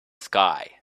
sky